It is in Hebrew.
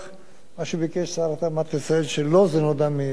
שלו זה נודע מקריאה בתקשורת.